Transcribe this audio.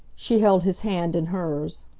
she held his hand in hers.